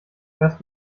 fährst